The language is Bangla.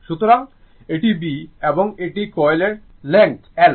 সুতরাং এটি B এবং এটি কয়েলের লেংথ 'l'